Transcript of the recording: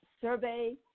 survey